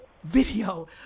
video